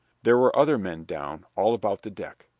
there were other men down, all about the deck.